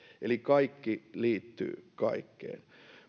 eli kaikki liittyy kaikkeen